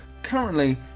currently